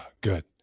Good